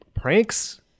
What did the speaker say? pranks